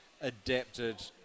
adapted